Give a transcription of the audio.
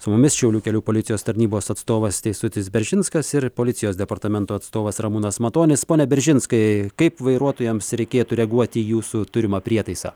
su mumis šiaulių kelių policijos tarnybos atstovas teisutis beržinskas ir policijos departamento atstovas ramūnas matonis pone beržinskai kaip vairuotojams reikėtų reaguoti į jūsų turimą prietaisą